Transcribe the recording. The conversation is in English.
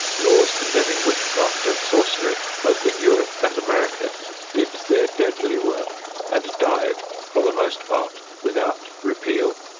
laws condemning witchcraft and sorcery both in europe and america did their deadly work and died, for the most part, without repeal.